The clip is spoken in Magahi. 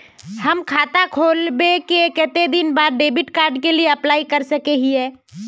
हम खाता खोलबे के कते दिन बाद डेबिड कार्ड के लिए अप्लाई कर सके हिये?